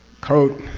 coat,